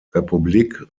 republik